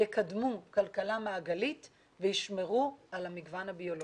יקדמו כלכלה מעגלית וישמרו על המגוון הביולוגי.